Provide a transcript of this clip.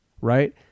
Right